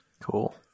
Cool